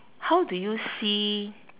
how do you see